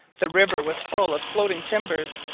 the river was full of floating timbers,